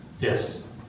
Yes